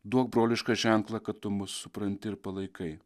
duok brolišką ženklą kad tu mus supranti ir palaikai